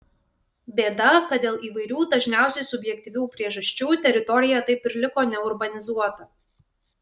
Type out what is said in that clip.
bėda kad dėl įvairių dažniausiai subjektyvių priežasčių teritorija taip ir liko neurbanizuota